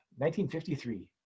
1953